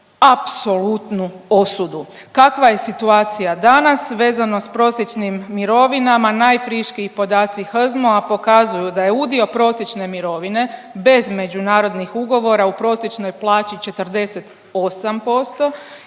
apsolutnu osudu. Kakva je situacija danas vezana s prosječnim mirovinama najfriškiji podaci HZMO-a pokazuju da je udio prosječne mirovine bez međunarodnih ugovora u prosječnoj plaći 48%